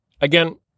again